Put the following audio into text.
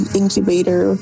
incubator